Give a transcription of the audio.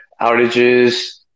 outages